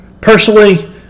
Personally